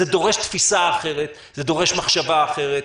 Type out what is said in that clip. זה דורש תפיסה אחרת, זה דורש מחשבה אחרת.